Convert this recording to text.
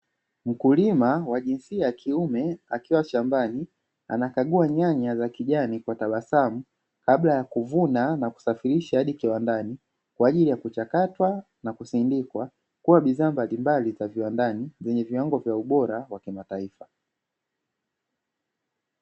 Mkulima wa jinsia ya kiume akiwa shambani anakagua nyanya za kijani kwa tabasamu kabla ya kuvuna na kusafirisha hadi kiwandani kwa ajili ya kuchakatwa na kusindikwa kuwa bidhaa mbalimbali za viwandani zenye viwango vya ubora wa kimataifa.